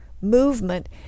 movement